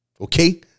Okay